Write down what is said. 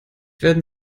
werden